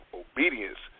obedience